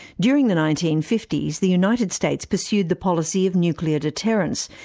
during the nineteen fifty s, the united states pursued the policy of nuclear deterrence,